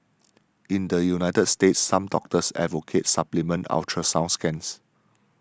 in the United States some doctors advocate supplemental ultrasound scans